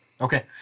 okay